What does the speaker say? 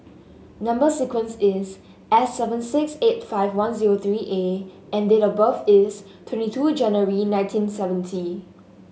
number sequence is S seven six eight five one zero three A and date of birth is twenty two January nineteen seventy